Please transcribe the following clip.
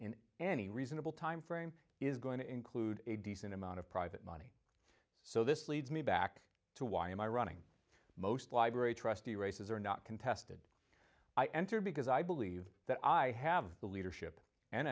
in any reasonable timeframe is going to include a decent amount of private money so this leads me back to why am i running most library trustee races are not contested i enter because i believe that i have the leadership and